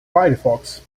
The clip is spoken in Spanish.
firefox